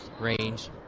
range